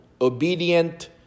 obedient